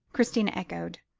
christina echoed.